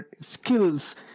skills